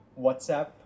WhatsApp